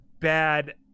bad